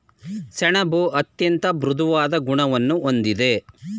ಸೆಣಬು ಅತ್ಯಂತ ಮೃದುವಾದ ಗುಣವನ್ನು ಹೊಂದಿದೆ